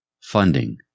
Funding